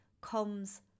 comes